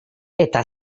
eta